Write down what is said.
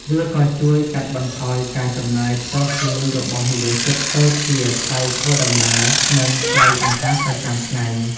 វាក៏ជួយ កាត់បន្ថយការចំណាយ ផ្ទាល់ខ្លួនរបស់និយោជិត ដូចជាថ្លៃធ្វើដំណើរ និងថ្លៃអាហារប្រចាំថ្ងៃ។